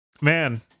Man